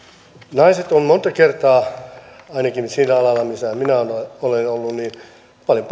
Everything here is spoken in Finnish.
naiset ovat monta kertaa ainakin sillä alalla missä minä olen olen ollut paljon